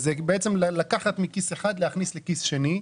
זה בעצם לקחת מכיס אחד ולהכניס לכיס שני.